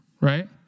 right